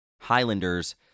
Highlanders